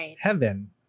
heaven